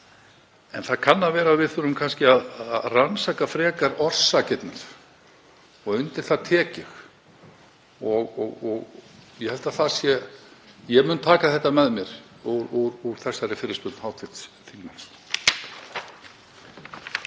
en það kann að vera að við þurfum að rannsaka frekar orsakirnar og undir það tek ég og ég mun taka þetta með mér úr þessari fyrirspurn hv. þingmanns.